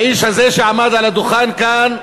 האיש הזה, שעמד על הדוכן כאן,